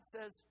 says